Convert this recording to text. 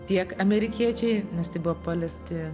tiek amerikiečiai nes tai buvo paliesti